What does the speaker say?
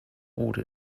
order